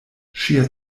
ŝia